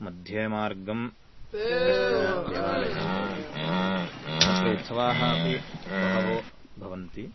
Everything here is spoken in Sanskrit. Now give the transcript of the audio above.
मध्ये मार्गं कश्चन देवालय भवति अत्र उत्सवाः अपि वहवो भवन्ति